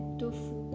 tofu